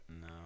No